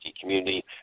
community